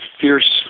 fierce